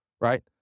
Right